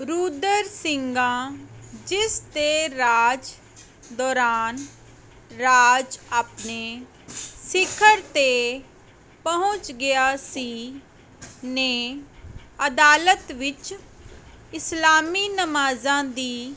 ਰੁਦਰ ਸਿੰਘਾ ਜਿਸ ਦੇ ਰਾਜ ਦੌਰਾਨ ਰਾਜ ਆਪਣੇ ਸਿਖਰ 'ਤੇ ਪਹੁੰਚ ਗਿਆ ਸੀ ਨੇ ਅਦਾਲਤ ਵਿੱਚ ਇਸਲਾਮੀ ਨਮਾਜ਼ਾਂ ਦੀ